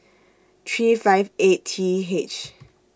three five eight T H